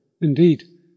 indeed